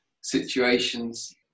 situations